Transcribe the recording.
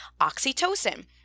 oxytocin